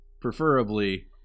preferably